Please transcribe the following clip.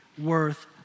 worth